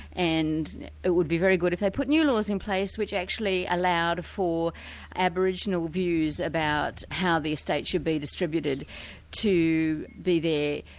and it would be very good if they put news laws in place which actually allowed for aboriginal views about how the estate should be distributed to be there,